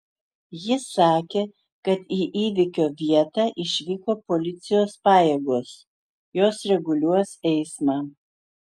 ji sakė kad į įvykio vietą išvyko policijos pajėgos jos reguliuos eismą